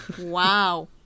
Wow